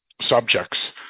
subjects